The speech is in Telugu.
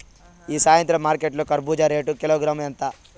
ఈ సాయంత్రం మార్కెట్ లో కర్బూజ రేటు కిలోగ్రామ్స్ ఎంత ఉంది?